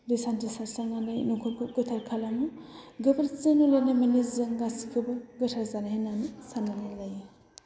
दै सान्थि सारस्रांनानै न'खरखौ गोथार खालामो गोबोरखिजों लिरनाय माने जों गासैखौबो गोथार जानाय होननानै साननानै लायो